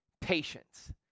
patience